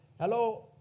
Hello